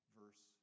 verse